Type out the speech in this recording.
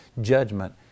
judgment